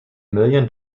million